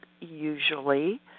usually